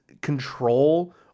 control